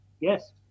yes